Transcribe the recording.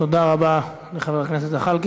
תודה רבה לחבר הכנסת זחאלקה.